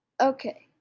Okay